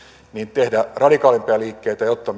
tehdä radikaalimpia liikkeitä jotta